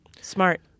Smart